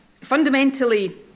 Fundamentally